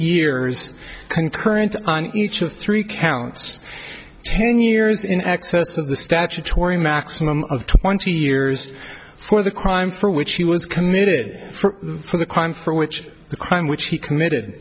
years concurrent on each of three counts ten years in excess of the statutory maximum of twenty years for the crime for which he was committed the crime for which the crime which he committed